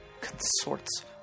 consorts